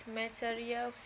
material